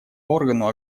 органу